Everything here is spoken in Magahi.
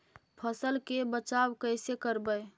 फसल के बचाब कैसे करबय?